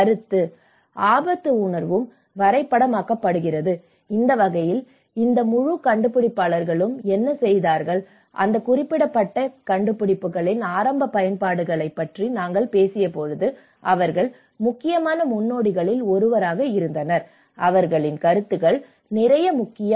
கருத்து ஆபத்து உணர்வும் வரைபடமாக்கப்பட்டுள்ளது அந்த வகையில் இந்த முழு கண்டுபிடிப்பாளர்களும் என்ன செய்தார்கள் அந்த குறிப்பிட்ட கண்டுபிடிப்புகளின் ஆரம்ப பயன்பாடுகளைப் பற்றி நாங்கள் பேசியபோது அவர்கள் முக்கியமான முன்னோடிகளில் ஒருவராக இருந்தனர் அவர்களின் கருத்துக்கள் நிறைய முக்கியம்